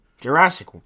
Jurassic